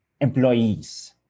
employees